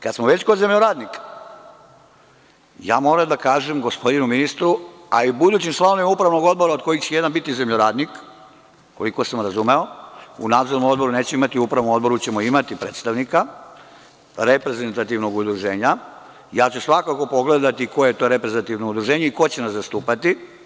Kad smo već kod zemljoradnika, moram da kažem gospodinu ministru, a i budućim članovima Upravnog odbora, od kojih će jedan biti zemljoradnik, koliko sam razumeo, u Nadzornom odboru nećemo imati, u Upravnom odboru ćemo imati predstavnika reprezentativnog udruženja, ja ću svakako pogledati koje je to reprezentativno udruženje i ko će nas zastupati.